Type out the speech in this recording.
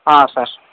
sir